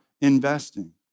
investing